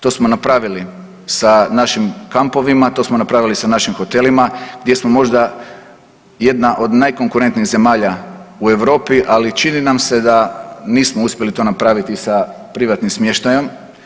To smo napravili sa našim kampovima, to smo napravili sa našim hotelima gdje smo možda jedna od najkonkurentnijih zemalja u Europi, ali čini nam se da nismo uspjeli to napraviti sa privatnim smještajem.